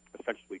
essentially